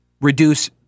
reduce